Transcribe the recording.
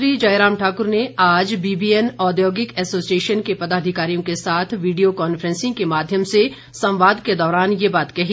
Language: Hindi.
मुख्यमंत्री जयराम ठाकुर ने आज बीबीएन औद्योगिक एसोसिएशन के पदाधिकारियों के साथ वीडियो कॉनफ्रेंसिंग के माध्यम से संवाद के दौरान ये बात कही